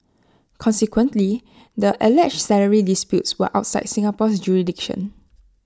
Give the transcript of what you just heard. consequently the alleged salary disputes were outside Singapore's jurisdiction